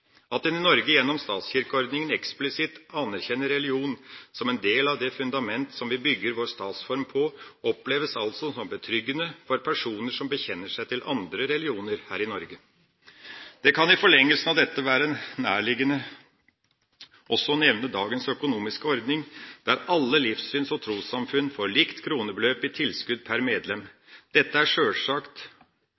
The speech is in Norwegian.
At en i Norge gjennom statskirkeordninga eksplisitt anerkjenner religion som en del av det fundament som vi bygger vår statsform på, oppleves altså som betryggende for personer som bekjenner seg til andre religioner her i Norge. Det kan i forlengelsen av dette være nærliggende også å nevne dagens økonomiske ordning, der alle livssyns- og trossamfunn får likt kronebeløp i tilskudd per medlem.